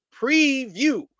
Preview